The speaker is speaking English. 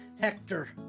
Hector